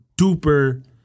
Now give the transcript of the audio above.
duper